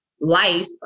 life